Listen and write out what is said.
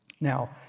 Now